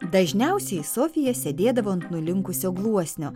dažniausiai sofija sėdėdavo ant nulinkusio gluosnio